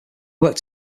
worked